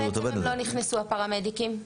למה, בעצם, הפרמדיקים לא נכנסו?